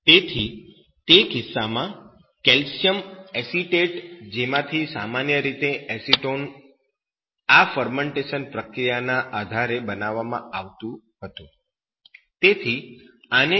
તેથી તે કિસ્સામાં કેલ્શિયમ એસિટેટ જેમાંથી સામાન્ય રીતે એસિટોન આ ફરમેન્ટેશન પ્રક્રિયાઓના આધારે બનાવવામાં આવતું હતું